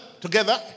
together